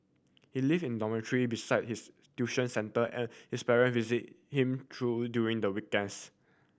he live in dormitory besides his tuition centre and his parent visit him through during the weekends